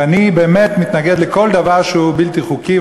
ואני באמת מתנגד לכל דבר שהוא בלתי חוקי,